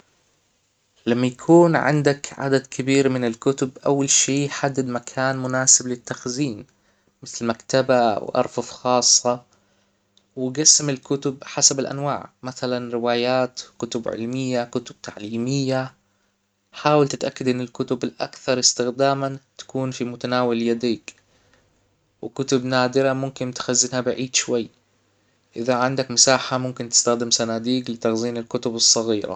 لما يكون عندك عدد كبير من الكتب اول شي يحدد مكان مناسب للتخزين مثل مكتبة وارفف خاصة وجسم الكتب حسب الانواع مثلا روايات كتب علمية كتب تعليمية حاول تتأكد ان الكتب الاكثر استخداما تكون في متناول يديك وكتب نادرة ممكن تخزنها بعيد شوي اذا عندك مساحة ممكن تستخدم صناديق لتخزين الكتب الصغيرة